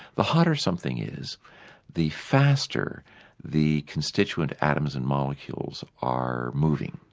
the hotter something is the faster the constituent atoms and molecules are moving.